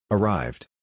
Arrived